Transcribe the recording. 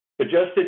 Adjusted